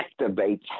activates